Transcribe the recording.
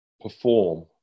perform